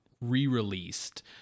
re-released